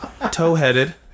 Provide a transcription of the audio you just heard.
Toe-headed